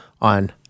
on